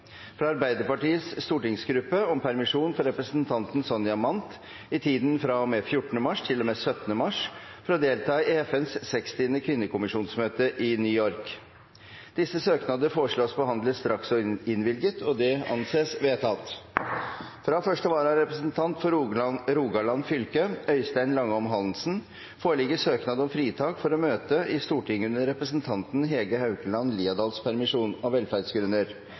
fra Arbeiderpartiets stortingsgruppe om permisjon for representanten Sonja Mandt i tiden fra og med 14. mars til og med 17. mars for å delta i FNs 60. kvinnekommisjonsmøte i New York Disse søknader foreslås behandlet straks og innvilget. – Det anses vedtatt. Fra første vararepresentant for Rogaland fylke, Øystein Langholm Hansen, foreligger søknad om fritak fra å møte i Stortinget under representanten Hege Haukeland Liadals permisjon, av velferdsgrunner.